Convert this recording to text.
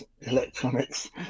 electronics